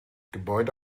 gebäude